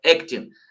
acting